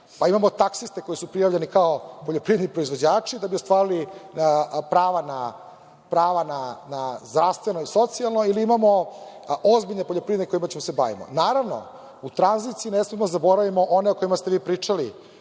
pa imamo taksiste koji su prijavljeni kao poljoprivredni proizvođači, da bi ostvarili prava na zdravstveno i socijalno ili imamo ozbiljne poljoprivrednike kojima ćemo da se bavimo. Naravno, u tranziciji ne smemo da zaboravimo one o kojima ste vi pričali